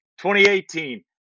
2018